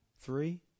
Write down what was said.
Three